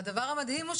והדבר המדהים הוא,